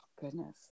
goodness